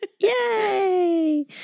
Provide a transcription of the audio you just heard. Yay